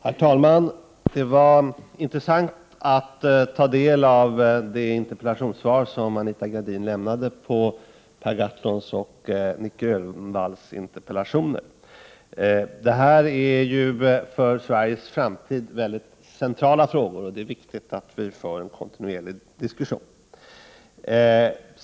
Herr talman! Det var intressant att ta del av det interpellationssvar som Anita Gradin lämnade på Per Gahrtons och Nic Grönvalls interpellationer. Det här är ju för Sveriges framtid väldigt centrala frågor. Det är viktigt att vi för en kontinuerlig diskussion.